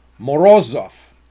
Morozov